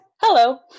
Hello